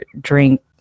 drink